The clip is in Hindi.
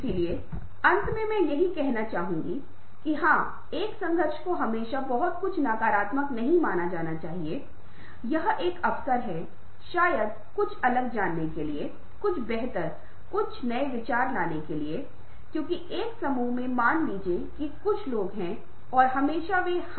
इसलिए यदि आप हमें बताते हैं कि चीजें कहां तक सही हैं और हमें बताएं कि चीजें कहां सुधर सकती हैं तो हम आगे बढ़ सकते हैं जब अगली बार पाठ्यक्रम में बदलाव करने और इसे अन्य लोगों या यहां तक कि आप को जो फिर से लेनेवाले के लिए अधिक फायदेमंद बनाने में विकसित हो